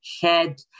head